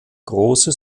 große